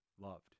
Loved